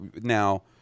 Now